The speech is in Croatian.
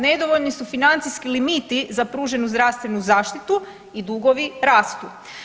Nedovoljni su financijski limiti za pruženu zdravstvenu zaštitu i dugovi rastu.